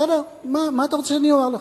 מה אתה רוצה שאומר לך?